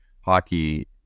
hockey